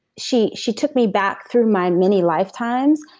she she took me back through my many lifetimes,